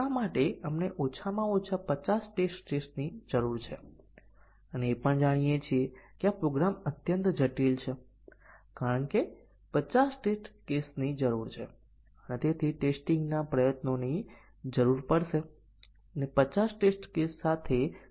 પરંતુ પછી તમે પૂછશો કે કયા ટેસ્ટીંગ નાં કેસો તમે કેવી રીતે જાણો છો અથવા MC DC કવરેજ પ્રાપ્ત કરશે તેવા ટેસ્ટીંગ ના કેસો આપણે કેવી રીતે ડિઝાઇન કરીએ છીએ